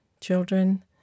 children